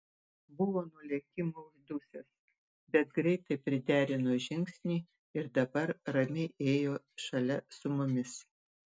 buvo nuo lėkimo uždusęs bet greitai priderino žingsnį ir dabar ramiai ėjo šalia su mumis